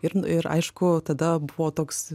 ir ir aišku tada buvo toks